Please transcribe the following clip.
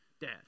dad